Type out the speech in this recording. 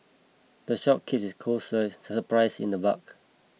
the shop keeps its costs supplies in the bulk